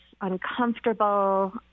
uncomfortable